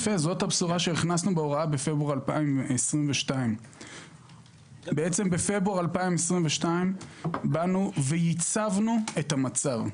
זו הבשורה שהכנסנו בהוראה בפברואר 2022. בפברואר 2022 ייצבנו את המצב,